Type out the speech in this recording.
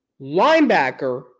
linebacker